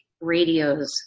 radios